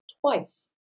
twice